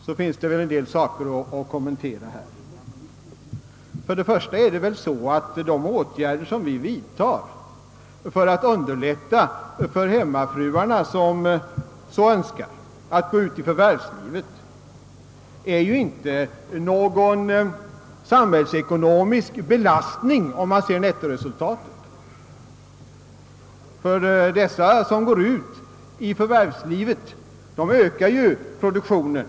Det finns mycket att säga om detta, bl.a. innebär de åtgärder, som vi vidtar för att underlätta för de hemmafruar som så önskar att gå ut i förvärvslivet, inte någon samhällsekonomisk belastning, om man ser till nettoresultatet. De kvinnor som går ut i arbetslivet bidrar ju till att öka produktionen.